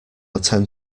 attend